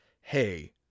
Hey